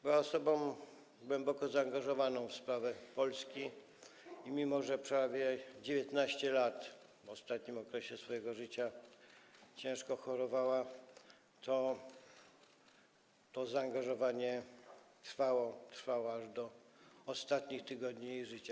Była osobą głęboko zaangażowaną w sprawy Polski i mimo że prawie 19 lat w ostatnim okresie swojego życia ciężko chorowała, to zaangażowanie trwało aż do ostatnich tygodni jej życia.